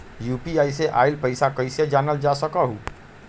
UPI से आईल पैसा कईसे जानल जा सकहु?